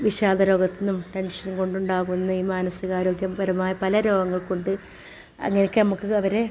വിഷാദ രോഗത്തിന്നും ടെൻഷൻ കൊണ്ടുണ്ടാകുന്ന ഈ മാനസികാരോഗ്യപരമായ പല രോഗങ്ങൾ കൊണ്ട് അങ്ങനെ ഒക്കെ നമുക്ക് അവരെ